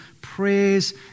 prayers